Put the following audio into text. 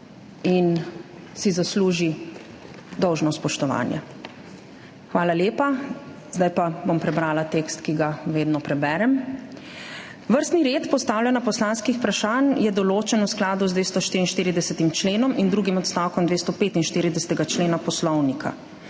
in si zasluži dolžno spoštovanje. Hvala lepa. Zdaj bom prebrala tekst, ki ga vedno preberem. Vrstni red postavljanja poslanskih vprašanj je določen v skladu z 244. členom in drugim odstavkom 245. člena Poslovnika.